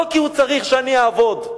לא כי הוא צריך שאני אעבוד,